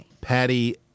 Patty